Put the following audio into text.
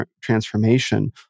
transformation